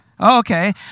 Okay